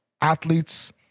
athletes